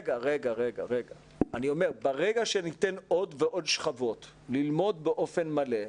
ברגע שניתן עוד ועוד שכבות ללמוד באופן מלא,